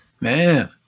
Man